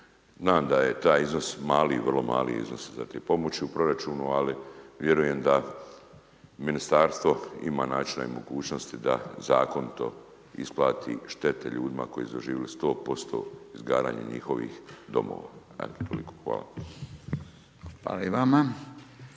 Znam da je taj iznos mali i vrlo mali iznos za te pomoći u proračunu, ali vjerujem da ministarstvo ima načina i mogućnosti da zakon to isplati štete ljudima koji su doživjeli 100% izgaranje njihovih domova. Hvala. **Radin,